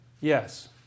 Yes